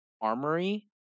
armory